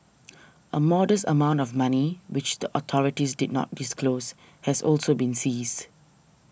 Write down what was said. a modest amount of money which the authorities did not disclose has also been seized